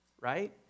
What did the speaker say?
right